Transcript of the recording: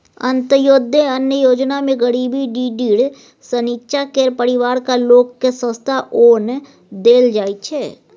अंत्योदय अन्न योजनामे गरीबी डिडीर सँ नीच्चाँ केर परिबारक लोककेँ सस्ता ओन देल जाइ छै